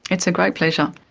it's a great pleasure.